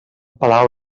palau